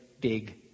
big